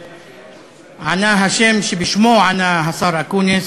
ענה השם שבשמו ענה השר אקוניס,